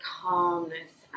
calmness